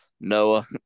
Noah